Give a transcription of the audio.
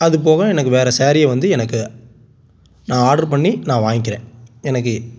அதுபோக எனக்கு வேறு ஸேரீயை வந்து எனக்கு நான் ஆர்ட்ரு பண்ணி நான் வாங்க்கிறேன் எனக்கு